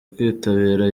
kwitabira